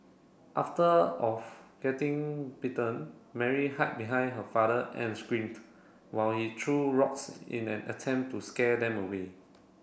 after of getting bitten Mary hide behind her father and screamed while he threw rocks in an attempt to scare them away